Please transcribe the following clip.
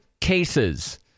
cases